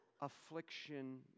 affliction